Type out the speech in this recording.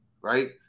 right